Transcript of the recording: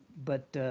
but